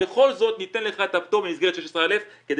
בכל זאת ניתן לך את הפטור במסגרת 16א כדי